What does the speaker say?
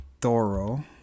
thorough